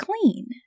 clean